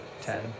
ten